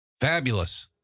Fabulous